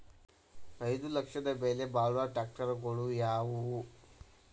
ಐದು ಲಕ್ಷದ ಬೆಲೆ ಬಾಳುವ ಟ್ರ್ಯಾಕ್ಟರಗಳು ಯಾವವು?